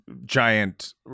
giant